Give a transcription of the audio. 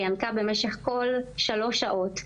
שינקה כל שלוש שעות,